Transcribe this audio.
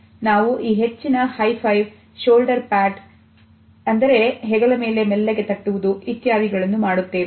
ನಾವು ಈ ಹೆಚ್ಚಿನ ಹೈ ಫೈವ್ ಶೋಲ್ಡರ್ ಪ್ಯಾಟ್ ಇತ್ಯಾದಿಗಳನ್ನು ಮಾಡುತ್ತೇವೆ